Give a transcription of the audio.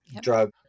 drug